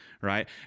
right